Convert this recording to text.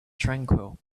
tranquil